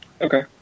Okay